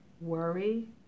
worry